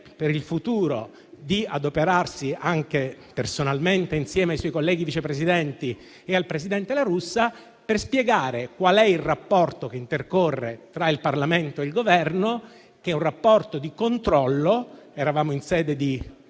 per il futuro, di adoperarsi, anche personalmente, insieme ai suoi colleghi Vice Presidenti e al presidente La Russa, per spiegare qual è il rapporto che intercorre tra il Parlamento e il Governo, che è un rapporto di controllo. Eravamo in sede di